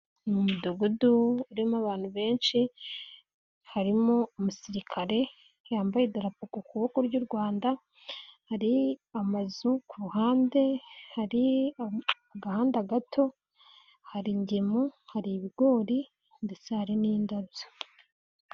Mu mudugudu urimo abantu benshi; harimo umusirikare yambaye idarapo ku kuboko ry'u Rwanda, hari amazu ku ruhande, hari agahanda gato, hari ingemu, hari ibigori ndetse hari n'indabyo.